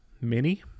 mini